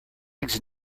eggs